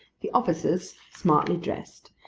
the officers, smartly dressed,